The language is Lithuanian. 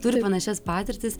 turi panašias patirtis